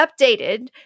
updated